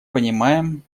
понимаем